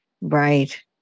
Right